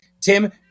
Tim